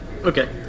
Okay